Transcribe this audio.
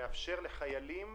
מאפשרים לחיילים